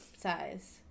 size